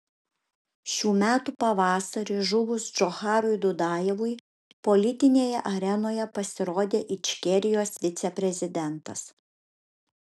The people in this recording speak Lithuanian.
šių metų pavasarį žuvus džocharui dudajevui politinėje arenoje pasirodė ičkerijos viceprezidentas